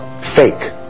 fake